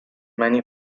many